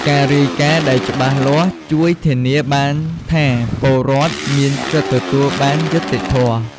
ការរាយការណ៍ដែលច្បាស់លាស់ ជួយធានាបានថាពលរដ្ឋមានសិទ្ធិទទួលបានយុត្តិធម៌។